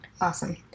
Awesome